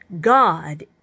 God